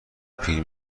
پیر